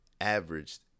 averaged